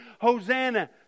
Hosanna